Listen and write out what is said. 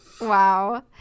Wow